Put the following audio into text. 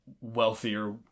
wealthier